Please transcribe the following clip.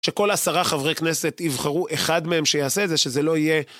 שכל עשרה חברי כנסת יבחרו אחד מהם שיעשה את זה, שזה לא יהיה...